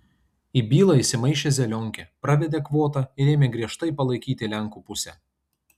į bylą įsimaišė zelionkė pravedė kvotą ir ėmė griežtai palaikyti lenkų pusę